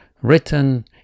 written